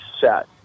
set